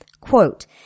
Quote